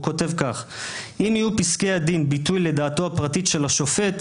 כותב: "אם יהיו פסקי הדין ביטוי לדעתו הפרטית של השופט,